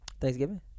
Thanksgiving